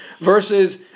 versus